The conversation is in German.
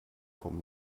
vom